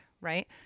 right